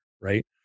right